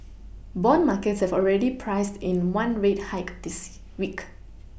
bond markets have already priced in one rate hike this week